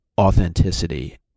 authenticity